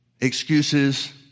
excuses